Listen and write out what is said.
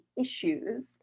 issues